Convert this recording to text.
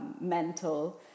mental